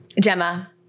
Gemma